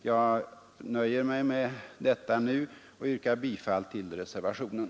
Jag nöjer mig med detta nu och yrkar bifall till reservationen.